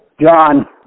John